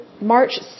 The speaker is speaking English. March